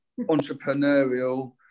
entrepreneurial